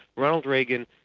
ronald reagan